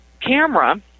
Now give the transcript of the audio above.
camera